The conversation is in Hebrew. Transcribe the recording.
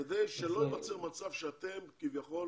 כדי שלא ייווצר מצב שאתם כביכול